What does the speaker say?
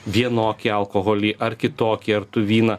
vienokį alkoholį ar kitokį ar tu vyną